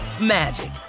magic